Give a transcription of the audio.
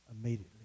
immediately